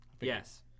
Yes